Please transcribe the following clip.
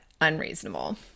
unreasonable